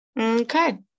Okay